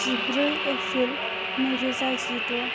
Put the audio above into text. जिब्रै एप्रिल नैरोजा जिद'